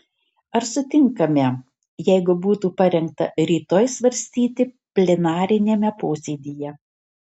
ar sutinkame jeigu būtų parengta rytoj svarstyti plenariniame posėdyje